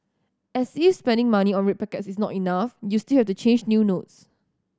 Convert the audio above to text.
as is spending money on red packets is not enough you still have the change new notes